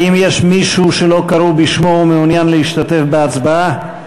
האם יש מישהו שלא קראו בשמו ומעוניין להשתתף בהצבעה?